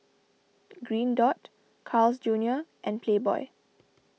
Green Dot Carl's Junior and Playboy